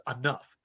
enough